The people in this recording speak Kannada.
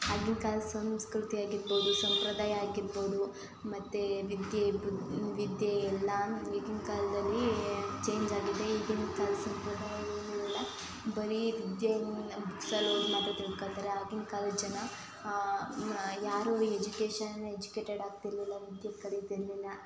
ಆಗಿನ ಕಾಲದ ಸಂಸ್ಕೃತಿಯಾಗಿರ್ಬೋದು ಸಂಪ್ರದಾಯ ಆಗಿರ್ಬೋದು ಮತ್ತು ವಿದ್ಯೆ ಬುದ್ ವಿದ್ಯೆ ಎಲ್ಲವೂ ಈಗಿನ ಕಾಲದಲ್ಲಿ ಚೇಂಜ್ ಆಗಿದೆ ಈಗಿನ ಕಾಲದ ಸಂಪ್ರದಾಯ ಏನೂ ಇಲ್ಲ ಬರೀ ವಿದ್ಯೆಯಿಂ ಬುಕ್ಸಲ್ಲಿ ಓದಿ ಮಾತ್ರ ತಿಳ್ಕೊತಾರೆ ಆಗಿನ ಕಾಲದ ಜನ ಯಾರೂ ಎಜುಕೇಶನ್ ಎಜುಕೇಟೆಡ್ ಆಗ್ತಿರಲಿಲ್ಲ ವಿದ್ಯೆ ಕಲಿತಿರಲಿಲ್ಲ